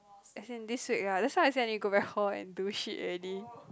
as in this week ah that's why I say I need go back hall and do shit already